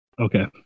Okay